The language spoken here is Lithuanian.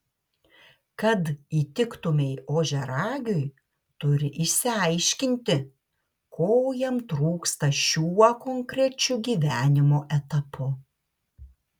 kad įtiktumei ožiaragiui turi išsiaiškinti ko jam trūksta šiuo konkrečiu gyvenimo etapu